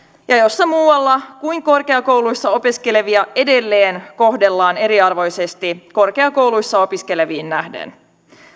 ja jossa muualla kuin korkeakouluissa opiskelevia edelleen kohdellaan eriarvoisesti korkeakouluissa opiskeleviin nähden